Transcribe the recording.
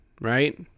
right